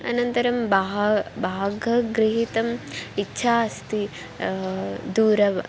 अनन्तरं बहु भागं गृहीतम् इच्छा अस्ति दूर